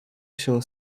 się